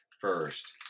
first